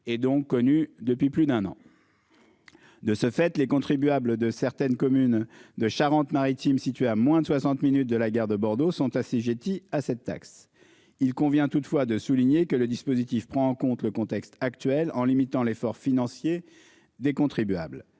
et donc connu depuis plus d'un an. De ce fait, les contribuables de certaines communes de Charente-Maritime situé à moins de 60 minutes de la gare de Bordeaux sont assujettis à cette taxe. Il convient toutefois de souligner que le dispositif prend en compte le contexte actuel en limitant l'effort financier des contribuables.